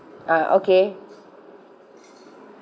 ah okay